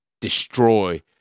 destroy